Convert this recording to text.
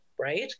right